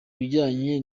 bijyanye